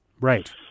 Right